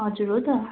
हजुर हो त